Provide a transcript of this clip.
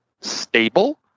stable